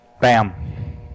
Bam